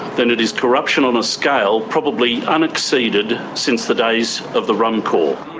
then it is corruption on a scale probably unexceeded since the days of the rum corp.